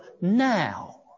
now